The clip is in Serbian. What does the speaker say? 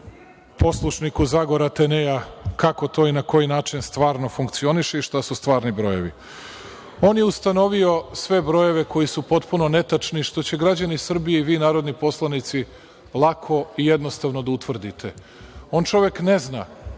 poslušniku Zagora Teneja, kako to i na koji način stvarno funkcioniše i šta su stvarni brojevi. On je ustanovio sve brojeve koji su potpuno netačni, što ćete građani Srbije i vi narodni poslanici lako i jednostavno da utvrdite. On čovek ne zna